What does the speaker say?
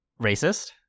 racist